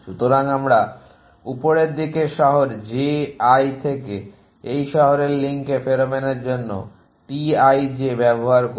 সুতরাং আমরা উপরের দিকের শহর j i থেকে এই শহরের লিঙ্কে ফেরোমনের জন্য T i j ব্যবহার করব